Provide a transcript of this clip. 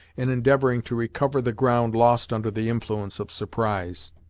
in endeavoring to recover the ground lost under the influence of surprise.